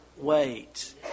wait